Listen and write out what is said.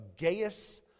Gaius